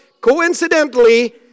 coincidentally